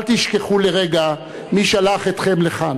אל תשכחו לרגע מי שלח אתכם לכאן.